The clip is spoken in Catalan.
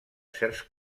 certs